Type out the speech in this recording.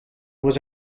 was